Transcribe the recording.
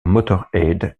motörhead